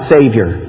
Savior